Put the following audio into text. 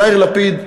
יאיר לפיד ניצח,